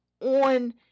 on